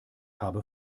habe